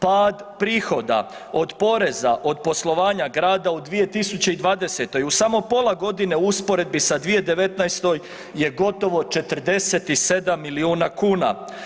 Pad prihoda od poreza, od poslovanja grada u 2020.-oj u samo pola godine u usporedbi sa 2019.-oj je gotovo 47 milijuna kuna.